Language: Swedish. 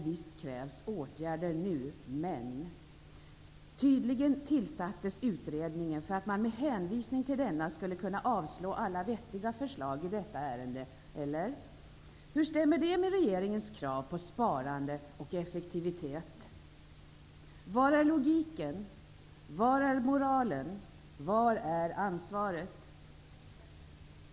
Visst krävs det åtgärder just nu, men tydligen tillsattes utredningen för att man med hänvisning till denna skulle kunna avslå alla vettiga förslag i detta ärende -- eller? Hur stämmer det med regeringens krav på sparande och effektivitet? Var är logiken? Var är moralen? Var är ansvaret?